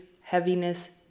heaviness